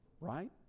right